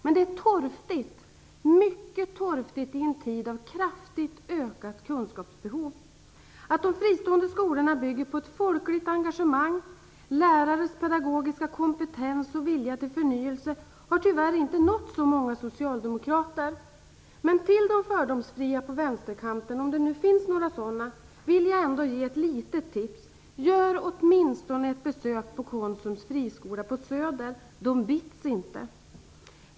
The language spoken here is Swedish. Men det är torftigt, mycket torftigt, i en tid av kraftigt ökat kunskapsbehov. Att de fristående skolorna bygger på ett folkligt engagemang, lärares pedagogiska kompetens och vilja till förnyelse har tyvärr inte nått så många socialdemokrater. Men till de fördomsfria på vänsterkanten - om det nu finns några sådana - vill jag ändå ge ett litet tips: Gör åtminstone ett besök i Konsums friskola på Söder! Man bits inte där.